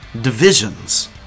divisions